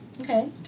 Okay